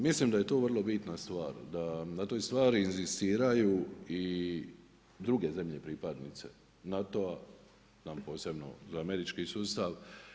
Mislim da je to vrlo bitna stvar, da na toj stvari inzistiraju i druge zemlje pripadnice NATO-a, znam posebno za američki sustav.